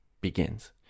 begins